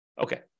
Okay